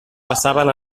passaven